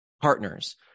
partners